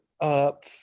up